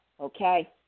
Okay